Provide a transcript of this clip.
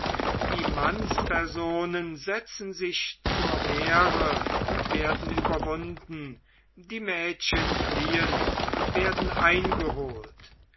die mannspersonen setzen sich zur wehre und werden überwunden die mädchen fliehen und werden eingeholt